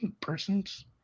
persons